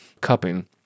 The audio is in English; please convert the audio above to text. cupping